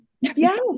Yes